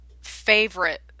favorite